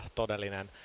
todellinen